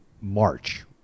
March